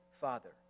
father